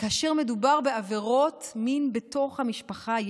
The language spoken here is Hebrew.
וכאשר מדובר בעבירות מין בתוך המשפחה.